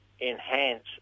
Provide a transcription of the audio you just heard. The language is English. enhance